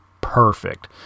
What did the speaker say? perfect